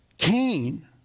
Cain